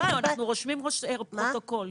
אנחנו רושמים פרוטוקול,